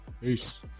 Peace